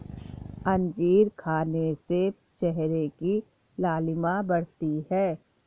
अंजीर खाने से चेहरे की लालिमा बढ़ती है